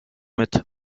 mit